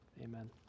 Amen